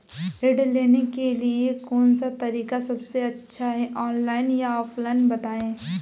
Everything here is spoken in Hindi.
ऋण लेने के लिए कौन सा तरीका सबसे अच्छा है ऑनलाइन या ऑफलाइन बताएँ?